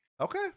Okay